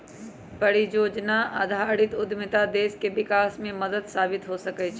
परिजोजना आधारित उद्यमिता देश के विकास में मदद साबित हो सकइ छै